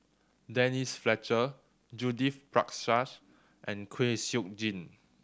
Denise Fletcher Judith Prakash and Kwek Siew Jin